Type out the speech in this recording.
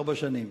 ארבע שנים.